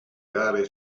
gare